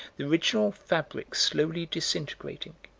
the original fabrics slowly disintegrating.